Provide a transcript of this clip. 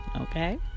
Okay